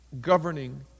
governing